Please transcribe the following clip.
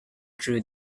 through